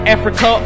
Africa